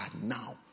now